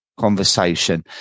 Conversation